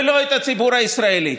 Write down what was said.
ולא את הציבור הישראלי,